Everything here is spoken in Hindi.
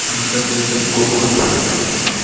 हम सब ये सब को बहुत पसंद करते हैं